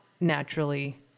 naturally